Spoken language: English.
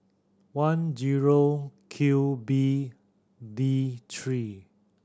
one zero Q B D three